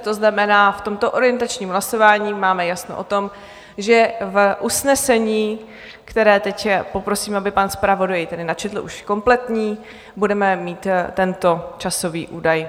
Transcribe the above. To znamená, že v tomto orientačním hlasování máme jasno o tom, že v usnesení, které teď poprosím, aby pan zpravodaj načetl už kompletní, budeme mít tento časový údaj.